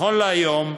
נכון להיום,